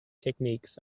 techniques